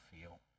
feel